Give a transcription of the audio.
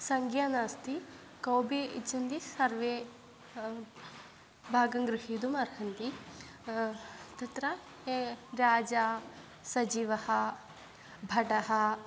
सङ्ख्या नास्ति कोपि इच्छन्ति सर्वे भागं गृहीतुम् अर्हन्ति तत्र राजा सचिवः भटः